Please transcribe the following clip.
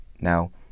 now